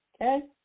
Okay